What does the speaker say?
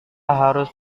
harus